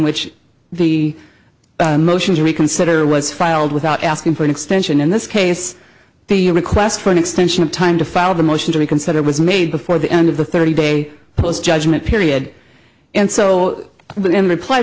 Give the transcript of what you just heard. which the motion to reconsider was filed without asking for an extension in this case the request for an extension of time to file the motion to reconsider was made before the end of the thirty day plus judgment period and so